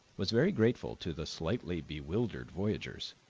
was very grateful to the slightly bewildered voyagers.